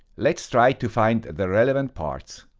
let's try to find the relevant parts.